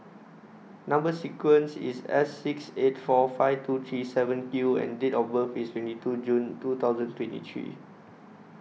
Number sequence IS S six eight four five two three seven Q and Date of birth IS twenty two June two thousand twenty three